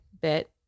bit